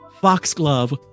foxglove